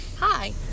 Hi